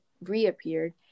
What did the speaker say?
reappeared